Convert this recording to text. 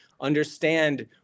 understand